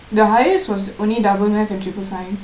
the highest was only was only double math and triple science